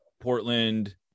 Portland